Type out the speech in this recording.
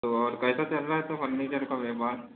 तो और कैसा चल रहा है तो फर्नीचर का व्यापार